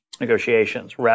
negotiations